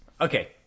Okay